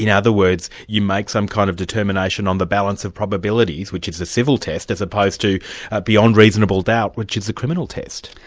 you know other words, you make some kind of determination on the balance of probabilities, which is a civil test, as opposed to beyond reasonable doubt, which is a criminal test.